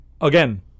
again